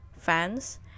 fans